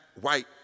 white